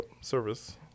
service